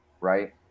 right